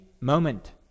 moment